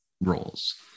roles